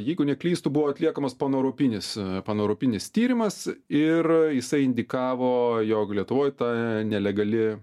jeigu neklystu buvo atliekamas paneuropinis paneuropinis tyrimas ir jisai indikavo jog lietuvoj ta nelegali